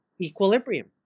equilibrium